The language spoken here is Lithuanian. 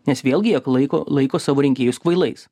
nes vėlgi jieg laiko laiko savo rinkėjus kvailais